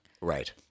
Right